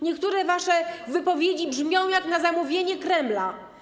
Niektóre wasze wypowiedzi brzmią jak na zamówienie Kremla.